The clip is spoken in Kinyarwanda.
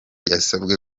yasabwe